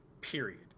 period